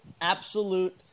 absolute